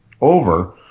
over